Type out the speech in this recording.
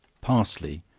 parsley,